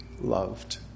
loved